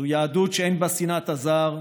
זו יהדות שאין בה שנאת הזר,